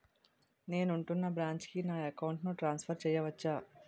నేను ఉంటున్న బ్రాంచికి నా అకౌంట్ ను ట్రాన్సఫర్ చేయవచ్చా?